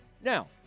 Now